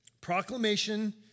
Proclamation